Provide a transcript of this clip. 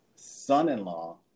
son-in-law